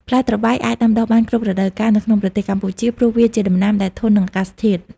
ផ្លែត្របែក អាចដាំដុះបាន គ្រប់រដូវកាល នៅក្នុងប្រទេសកម្ពុជា ព្រោះវាជាដំណាំដែលធន់នឹងអាកាសធាតុ។